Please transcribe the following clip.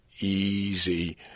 easy